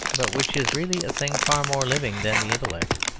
but which is really a thing far more living than the intellect.